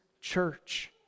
church